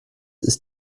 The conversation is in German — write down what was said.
ist